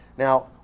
Now